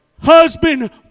Husband